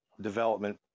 development